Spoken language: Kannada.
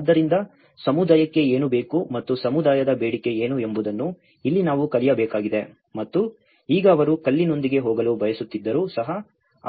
ಆದ್ದರಿಂದ ಸಮುದಾಯಕ್ಕೆ ಏನು ಬೇಕು ಮತ್ತು ಸಮುದಾಯದ ಬೇಡಿಕೆ ಏನು ಎಂಬುದನ್ನು ಇಲ್ಲಿ ನಾವು ಕಲಿಯಬೇಕಾಗಿದೆ ಮತ್ತು ಈಗ ಅವರು ಕಲ್ಲಿನೊಂದಿಗೆ ಹೋಗಲು ಬಯಸುತ್ತಿದ್ದರೂ ಸಹ